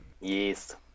Yes